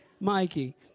Mikey